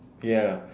ya